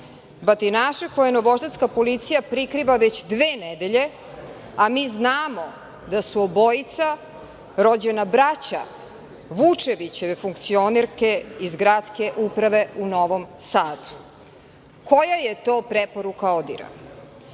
batinaše koje novosadska policija prikriva već dve nedelje, a mi znamo da su obojica rođena braća Vučevićeve funkcionerke iz Gradske uprave u Novom Sadu? Koja je to preporuka